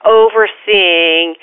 overseeing